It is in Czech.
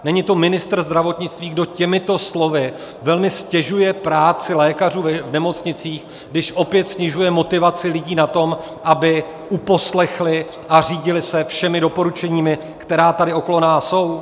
Není to ministr zdravotnictví, kdo těmito slovy velmi ztěžuje práci lékařů v nemocnicích, když opět snižuje motivaci lidí na tom, aby uposlechli a řídili se všemi doporučeními, která tady okolo nás jsou?